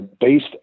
based